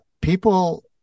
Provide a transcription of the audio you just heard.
people